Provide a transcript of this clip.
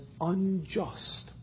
unjust